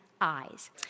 eyes